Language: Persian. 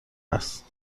است